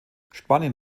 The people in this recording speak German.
spanien